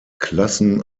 klassen